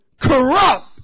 Corrupt